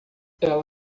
ela